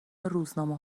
روزنامه